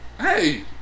Hey